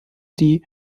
die